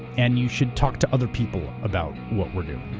and you should talk to other people about what we're doing.